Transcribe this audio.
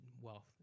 wealth